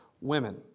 women